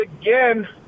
again